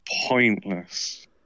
pointless